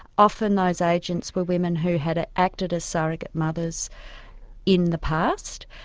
often those agents were women who had acted as surrogate mothers in the past,